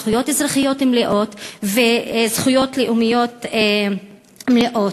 זכויות אזרחיות מלאות וזכויות לאומיות מלאות,